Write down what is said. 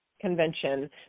convention